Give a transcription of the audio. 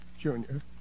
Junior